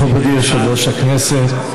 מכובדי יושב-ראש הכנסת,